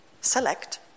select